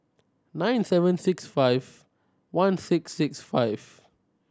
nine seven six five one six six five